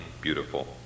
beautiful